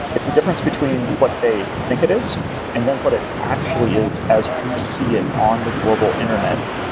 it's the difference between what they think it is and then what it actually is as we see it on the global internet.